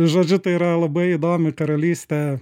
žodžiu tai yra labai įdomi karalystė